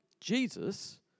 Jesus